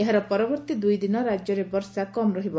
ଏହାର ପରବର୍ତ୍ତୀ ଦୁଇଦିନ ରାଜ୍ୟରେ ବର୍ଷା କମ୍ ରହିବ